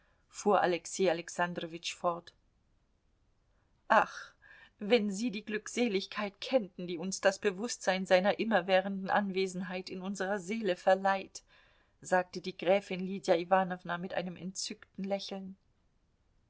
fuhr alexei alexandrowitsch fort ach wenn sie die glückseligkeit kennten die uns das bewußtsein seiner immerwährenden anwesenheit in unserer seele verleiht sagte die gräfin lydia iwanowna mit einem entzückten lächeln